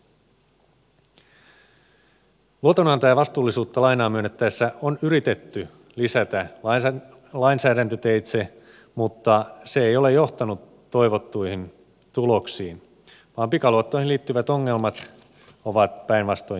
luotonantajan vastuullisuutta lainaa myönnettäessä on yritetty lisätä lainsäädäntöteitse mutta se ei ole johtanut toivottuihin tuloksiin vaan pikaluottoihin liittyvät ongelmat ovat päinvastoin jatkuneet